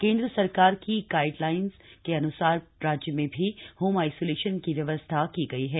केंद्र सरकार की गाइड लाइन अन्सार राज्य में भी होम आइसोलेशन की व्यवस्था की गई है